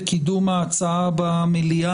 ידוע לאיזה בית ספר היא שייכת.